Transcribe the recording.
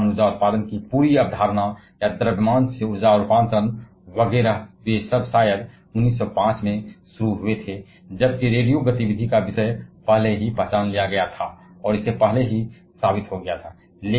क्योंकि परमाणु ऊर्जा उत्पादन या ऊर्जा रूपांतरण के लिए द्रव्यमान वगैरह की यह पूरी अवधारणा शायद 1905 में शुरू हुई थी जबकि रेडियो गतिविधि का विषय पहले ही पहचान लिया गया था और इससे पहले ही साबित हो गया था